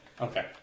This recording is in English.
Okay